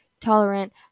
tolerant